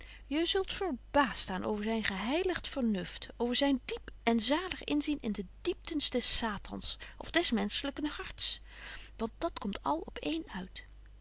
je zult verbaast staan over zyn geheiligt vernuft over zyn diep en zalig inzien in de dieptens des satans of des menschelyken harts want dat komt al op een uit